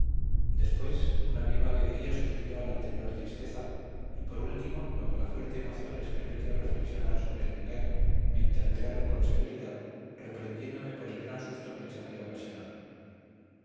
después una viva alegría sucedió a la anterior tristeza y por último cuando la fuerte emoción les permitió reflexionar sobre el engaño me interpelaron con severidad reprendiéndome por el gran susto que les había ocasionado